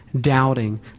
doubting